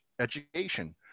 education